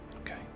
Okay